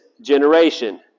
generation